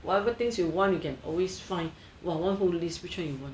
whatever things you want you can always find !wow! one whole list which one you want